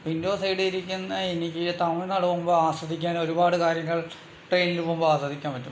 window സൈഡിൽ ഇരിക്കുന്ന എനിക്ക് തമിഴ്നാട് പോകുമ്പോൾ ആസ്വദിക്കാൻ ഒരുപാട് കാര്യങ്ങൾ ട്രെയിൻ പോകുമ്പോൾ ആസ്വദിക്കാൻ പറ്റും